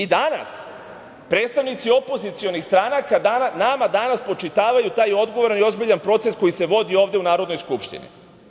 Danas, predstavnici opozicionih stranaka nama danas spočitavaju taj odgovoran i ozbiljan proces koji se vodi ovde u Narodnoj skupštini.